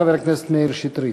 חבר הכנסת מאיר שטרית.